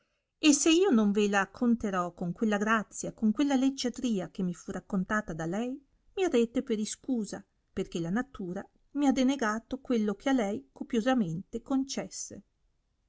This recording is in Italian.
e se io non ve la conterò con quella grazia con quella leggiadria che mi fu raccontata da lei mi arrete per iscusa perchè la natura mi ha denegato quello che a lei copiosamente concesse